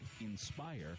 INSPIRE